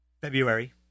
February